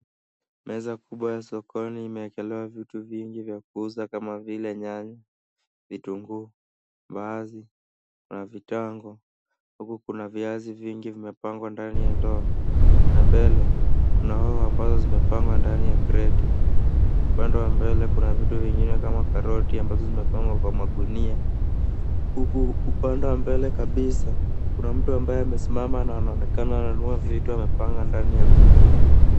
Meza kubwa ya sokoni imekelewa vitu vingi vya kuuza kama vile nyanya, vitunguu na vitango huku kuna viazi vingi vimepangwa ndani ya ndoo na mbele kuna maua ambazo zimepangwa ndani ya kreti. Upande wa mbele kuna vitu vingine kama karoti ambazo zimewekwa kwa magunia huku upande wa mbele kabisa kuna mtu ambaye amesimama na anaonekana nanunua vitu ambazo amepanga ndani ya gunia.